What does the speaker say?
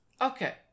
Okay